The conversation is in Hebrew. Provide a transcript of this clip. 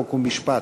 חוק ומשפט,